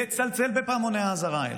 הוא לצלצל בפעמוני האזהרה האלה,